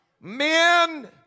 Men